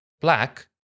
black